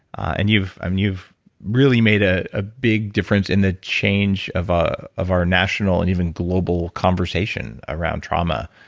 and you've um you've really made a ah big difference in the change of ah of our national and even global conversation around trauma.